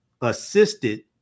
assisted